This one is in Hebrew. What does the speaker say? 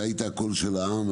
היית הקול של העם.